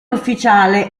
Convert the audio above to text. ufficiale